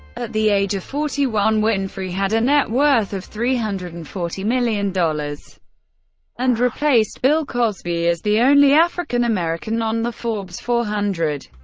at the age of forty one, winfrey had a net worth of three hundred and forty million dollars and replaced bill cosby as the only african american on the forbes four hundred.